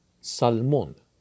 Salmon